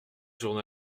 journal